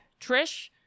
Trish